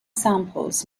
samples